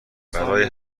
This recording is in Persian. برای